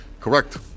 Correct